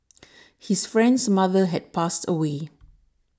his friend's mother had passed away